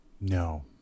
No